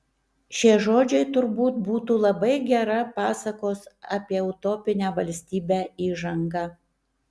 šie žodžiai turbūt būtų labai gera pasakos apie utopinę valstybę įžanga